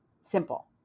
Simple